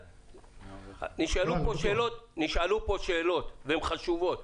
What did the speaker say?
נשאלו פה שאלות והן חשובות.